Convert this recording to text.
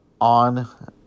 on